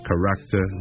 Character